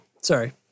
Sorry